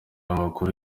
amakuru